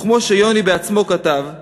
וכמו שיוני בעצמו כתב,